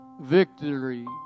Victory